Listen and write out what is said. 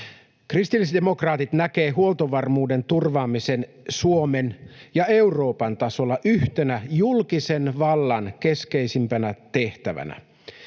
Kristillisdemokraatit näkevät huoltovarmuuden turvaamisen Suomen ja Euroopan tasolla yhtenä julkisen vallan keskeisimpänä tehtävänä.